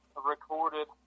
recorded